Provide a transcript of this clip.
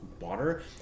water